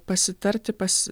pasitarti pas